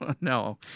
No